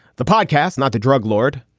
the podcast, not the drug lord,